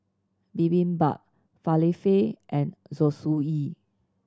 Bibimbap Falafel and Zosui